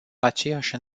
aceeași